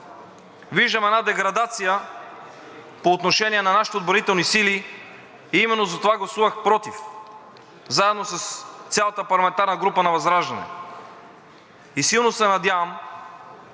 Виждам една деградация по отношение на нашите отбранителни сили и именно затова гласувах против заедно с цялата парламентарна група на ВЪЗРАЖДАНЕ. Силно се надявам